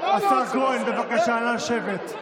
השר כהן, בבקשה, נא לשבת.